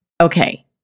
Okay